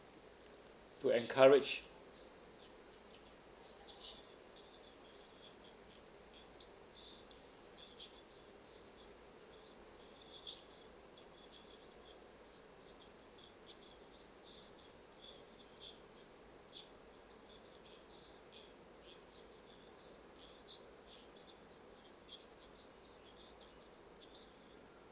to encourage